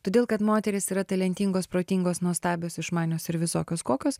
todėl kad moterys yra talentingos protingos nuostabios išmanios ir visokios kokios